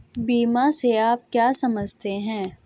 बीमा से आप क्या समझते हैं?